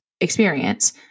experience